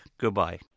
goodbye